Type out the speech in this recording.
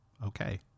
Okay